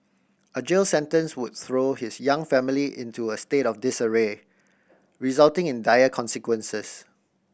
a jail sentence would throw his young family into a state of disarray resulting in dire consequences